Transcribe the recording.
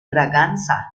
braganza